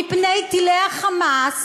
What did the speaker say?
מפני טילי ה"חמאס",